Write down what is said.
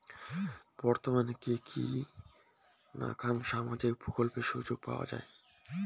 বর্তমানে কি কি নাখান সামাজিক প্রকল্পের সুযোগ পাওয়া যায়?